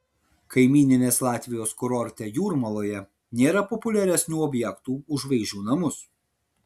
kaimyninės latvijos kurorte jūrmaloje nėra populiaresnių objektų už žvaigždžių namus